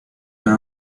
are